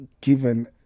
given